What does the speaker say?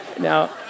Now